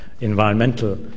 environmental